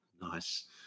Nice